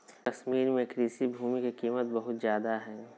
कश्मीर में कृषि भूमि के कीमत बहुत ज्यादा हइ